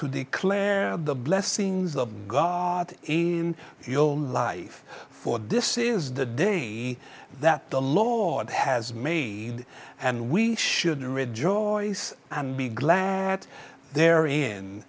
to declare the blessings of god in your own life for this is the day that the lord has made and we should rejoice and be glad that they're in